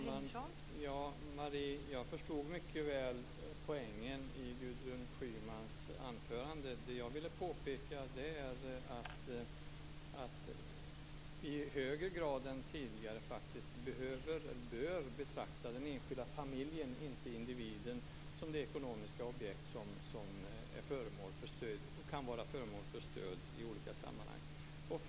Fru talman! Jag förstod mycket väl poängen i Gudrun Schymans anförande. Det jag ville påpeka var att vi i högre grad än tidigare bör betrakta den enskilda familjen, inte individen, som det ekonomiska objekt som kan vara föremål för stöd i olika sammanhang.